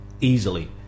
easily